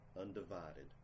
undivided